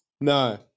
No